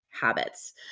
Habits